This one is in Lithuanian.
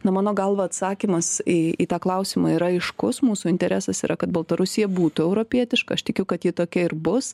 na mano galva atsakymas į į tą klausimą yra aiškus mūsų interesas yra kad baltarusija būtų europietiška aš tikiu kad ji tokia ir bus